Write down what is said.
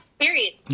period